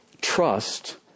Trust